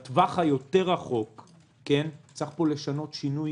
בטווח הרחוק יותר צריך שינוי